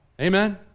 Amen